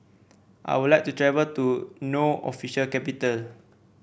I would like to travel to No official capital